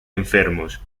enfermos